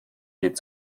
geht